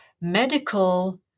medical